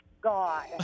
god